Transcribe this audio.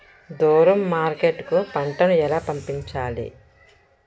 దూరం మార్కెట్ కు పంట ను ఎలా పంపించాలి?